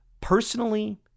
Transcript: personally